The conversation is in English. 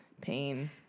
pain